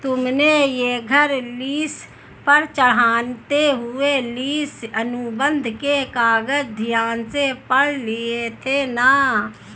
तुमने यह घर लीस पर चढ़ाते हुए लीस अनुबंध के कागज ध्यान से पढ़ लिए थे ना?